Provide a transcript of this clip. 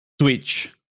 Twitch